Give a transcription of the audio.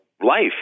life